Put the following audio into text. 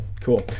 Cool